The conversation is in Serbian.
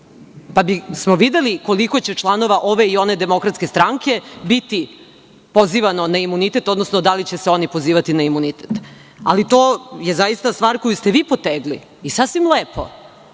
pa bismo videli koliko će članova ove i one DS biti pozivano na imunitet, odnosno da li će se oni pozivati na imunitet. Ali, to je zaista stvar koju ste vi potegli i sasvim lepo